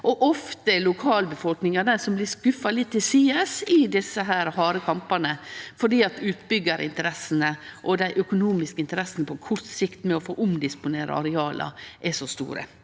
Ofte er lokalbefolkninga dei som blir skuffa litt til sides i desse harde kampane, fordi utbyggjarinteressene og dei økonomiske interessene på kort sikt med å få omdisponere areala er så store.